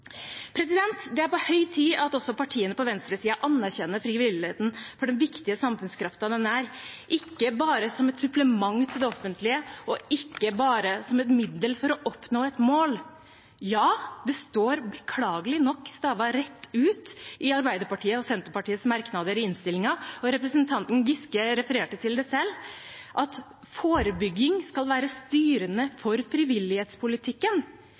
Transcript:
Det er på høy tid at også partiene på venstresiden anerkjenner frivilligheten for den viktige samfunnskraften den er – ikke bare som et supplement til det offentlige, og ikke bare som et middel for å oppnå et mål. Ja, det står beklagelig nok stavet rett ut i Arbeiderpartiet og Senterpartiets merknader i innstillingen, og representanten Giske refererte til det selv, at forebygging skal være styrende for frivillighetspolitikken